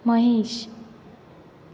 Mahesh